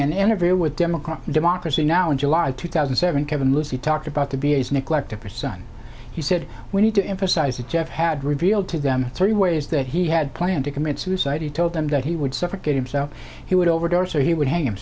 an interview with democrat democracy now in july two thousand and seven kevin lucey talked about the v a s neglect of her son he said we need to emphasize that jeff had revealed to them three ways that he had planned to commit suicide he told them that he would suffocate himself he would overdose or he would hang him